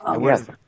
Yes